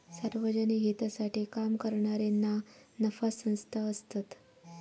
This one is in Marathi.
सार्वजनिक हितासाठी काम करणारे ना नफा संस्था असतत